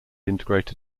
integrated